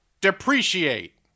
Depreciate